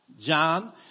John